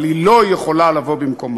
אבל היא לא יכולה לבוא במקומה.